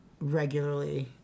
regularly